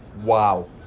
Wow